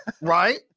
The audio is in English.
Right